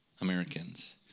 Americans